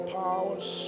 powers